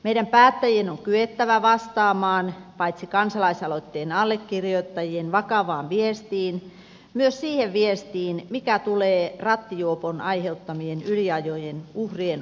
meidän päättäjien on kyettävä vastaamaan paitsi kansalaisaloitteen allekirjoittajien vakavaan viestiin myös siihen viestiin mikä tulee rattijuopon aiheuttamien yliajojen uhrien omaisilta